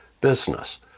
business